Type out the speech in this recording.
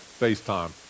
FaceTime